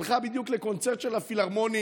הלכה בדיוק לקונצרט של הפילהרמונית,